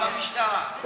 במשטרה,